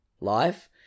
life